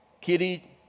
Kitty